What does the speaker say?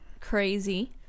crazy